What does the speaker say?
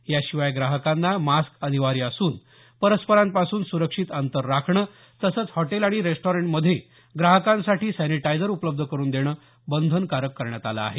याशिवाय ग्राहकांना मास्क अनिवार्य असून परस्परांपासून स्रक्षित अंतर राखणं तसंच हॉटेल आणि रेस्टॉरंटमधे ग्राहकांसाठी सॅनीटायझर उपलब्ध करून देणं बंधनकारक करण्यात आलं आहे